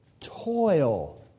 toil